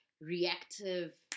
reactive